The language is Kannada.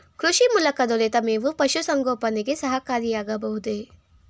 ಕೃಷಿ ಮೂಲಕ ದೊರೆತ ಮೇವು ಪಶುಸಂಗೋಪನೆಗೆ ಸಹಕಾರಿಯಾಗಬಹುದೇ?